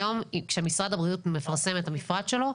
היום כשמשרד הבריאות מפרסם את המפרט שלו,